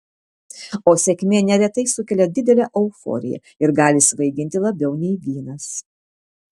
o sėkmė neretai sukelia didelę euforiją ir gali svaiginti labiau nei vynas